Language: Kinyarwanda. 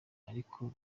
ariko